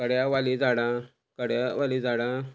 कड्यावाली झाडां कड्यावाली झाडां